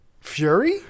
Fury